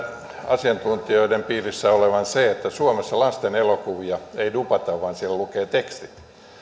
asiantuntijoiden piirissä olevan se että suomessa lasten elokuvia ei dubata vaan siellä lukee tekstit